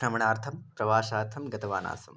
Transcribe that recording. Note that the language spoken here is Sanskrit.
भ्रमणार्थं प्रवासार्थं गतवानासं